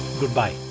goodbye